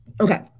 Okay